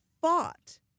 fought